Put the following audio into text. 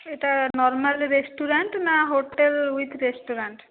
ଏଇଟା normal restaurant ନା hotel with restaurant